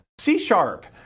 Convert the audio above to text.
C-sharp